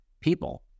people